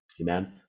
amen